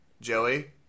Joey